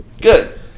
Good